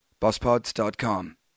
BossPods.com